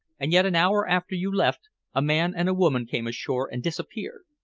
and yet an hour after you left a man and a woman came ashore and disappeared!